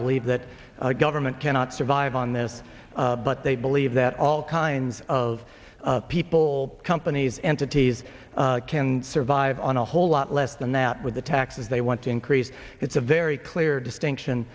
believe that government cannot survive on this but they believe that all kinds of people companies entities can survive on a whole lot less than that with the taxes they want to increase it's a very clear distinction